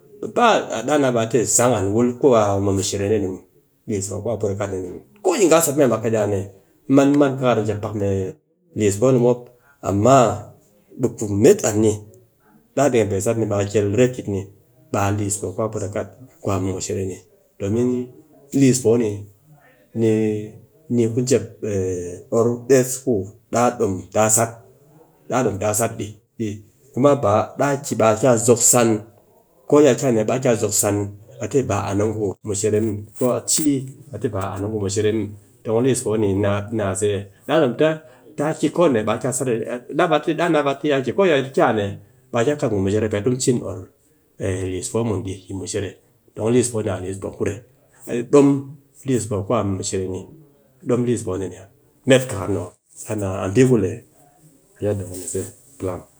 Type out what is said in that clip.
Ba daa naa baa te sang an wul kua mushere dee ni muw, liis poo ku a put a kat dee ni. Ko yi ngha ki¨sat mee mak di a mee, a man, a man me kar liis poo ni mop, amma be ku met an ni, daa dekem pe sat ni, daa dekem pe sat ni baa kel retyit, ni a liis poo ku a put a kat kwa me¨ mushere ni, domin liis poo ni, ni ni ku jep or des ku daa dom sat, daa dom taa sat di, kuma ba daa ki be a ki a zok san, ko ya ki a nee, be a ki a zok san, a te an a ngu mushere muw, ko a ci a te ba an a ngu mushere muw. don liss poo ni a se. Daa dom taa, taa ki ko a ne baa a ki a sat, daa naa ba a ki daa naa be a te ko ya ki a ne be a ki a kat ngu mushere pe ti¨ mu cin or liis poo mun di yi mushere, don liis poo ni a liis poo kuret, a dom liis poo ku a m? Mushere ni, a dom liis de ni met kar ni mop, daa naa a bii ku le daa yarda ku ni se, a plang.